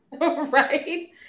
Right